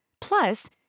Plus